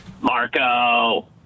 Marco